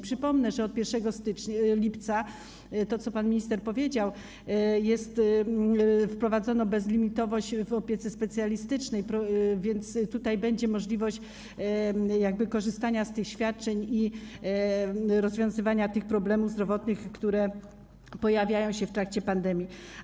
Przypomnę, że od 1 lipca, to, co pan minister powiedział, wprowadzono bezlimitowość w opiece specjalistycznej, więc tutaj będzie możliwość korzystania z tych świadczeń i rozwiązywania tych problemów zdrowotnych, które pojawiają się w trakcie pandemii.